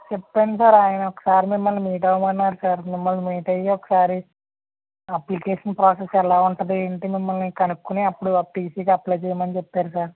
చెప్పాను సార్ ఆయన ఒకసారి మిమల్ని మీట్ అవమన్నారు సార్ మిమల్ని మీట్ అయ్యి ఒకసారి అప్లికేషన్ ప్రాసెస్ ఎలా ఉంటుంది ఏంటి మిమల్ని కనుక్కొని అప్పుడు టీసీకి అప్లై చెయ్యమని చెప్పారు సార్